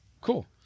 cool